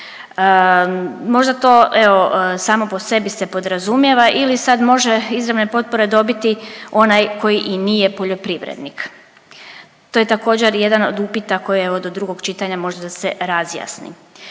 Možda to evo samo po sebi se podrazumijeva ili sad može izravne potpore dobiti onaj koji i nije poljoprivrednik. To je također jedan od upita koje evo do drugog čitanja, možda da se razjasni.